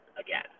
again